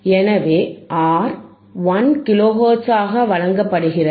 எனவே ஆர் 1 கிலோஹெர்ட்ஸாக வழங்கப்படுகிறது